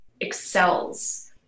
excels